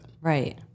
Right